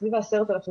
סביב ה-10,000 שקלים,